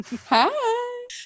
Hi